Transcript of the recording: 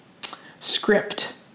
script